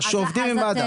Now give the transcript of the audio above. מד"א.